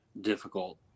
difficult